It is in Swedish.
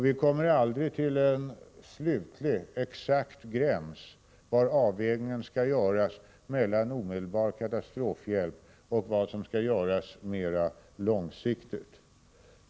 Vi kommer aldrig till en slutlig, exakt avvägning mellan omedelbar katastrofhjälp och vad som skall göras mera långsiktigt.